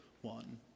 one